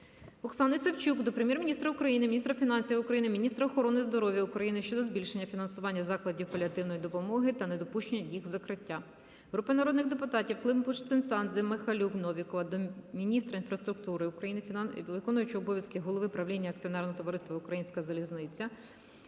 Оксани Савчук до Прем'єр-міністра України, міністра фінансів України, міністра охорони здоров'я України щодо збільшення фінансування закладів паліативної допомоги та недопущення їх закриття. Групи народних депутатів (Климпуш-Цинцадзе, Михайлюк, Новікова) до міністра інфраструктури України, виконуючого обов'язки голови правління Акціонерного товариства "Українська залізниця"